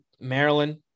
Maryland